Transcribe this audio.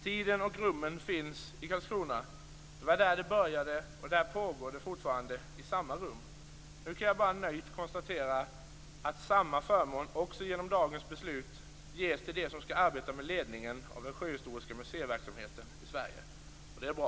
Tiden och rummen finns i Karlskrona. Det var där det började, och där pågår det fortfarande i samma rum. Nu kan jag bara nöjt konstatera att samma förmån också genom dagens beslut ges till dem som skall arbeta med ledningen av den sjöhistoriska museiverksamheten i Sverige. Det är bra.